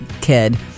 kid